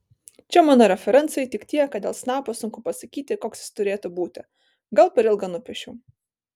čia mano referencai tik tiek kad dėl snapo sunku pasakyti koks jis turėtų būti gal per ilgą nupiešiau